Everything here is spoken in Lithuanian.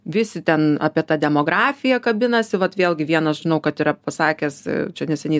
visi ten apie tą demografiją kabinasi vat vėlgi vienas žinau kad yra pasakęs čia neseniai